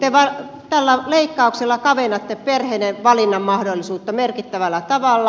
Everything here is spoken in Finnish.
te tällä leikkauksella kavennatte perheiden valinnanmahdollisuutta merkittävällä tavalla